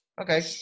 okay